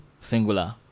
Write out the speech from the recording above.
singular